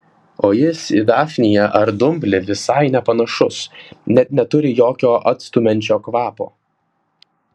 o jis į dafniją ar dumblį visai nepanašus net neturi jokio atstumiančio kvapo